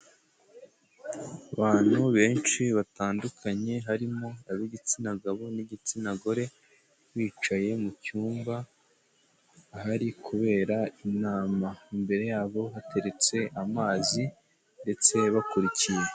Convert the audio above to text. Abantu benshi batandukanye harimo ab'igitsina gabo n'igitsina gore bicaye mu cyumba ahari kubera inama, imbere yabo hateretse amazi ndetse bakurikiye.